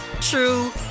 true